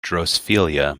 drosophila